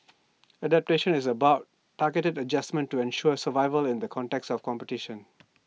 adaptation is about targeted adjustments to ensure survival in the context of competition